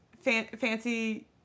fancy